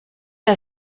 der